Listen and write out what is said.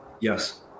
Yes